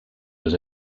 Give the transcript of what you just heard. was